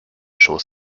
schoß